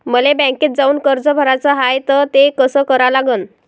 मले बँकेत जाऊन कर्ज भराच हाय त ते कस करा लागन?